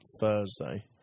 Thursday